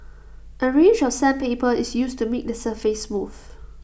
A range of sandpaper is used to make the surface smooth